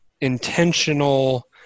intentional